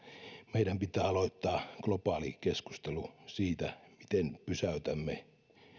meidän pitää aloittaa globaali keskustelu siitä miten pysäytämme